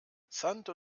santo